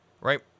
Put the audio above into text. right